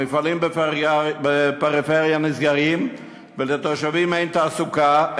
המפעלים בפריפריה נסגרים ולתושבים אין תעסוקה,